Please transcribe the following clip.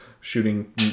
shooting